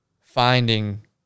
finding